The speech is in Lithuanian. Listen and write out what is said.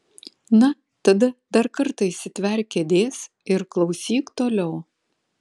na tada dar kartą įsitverk kėdės ir klausyk toliau